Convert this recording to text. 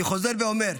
אני חוזר ואומר,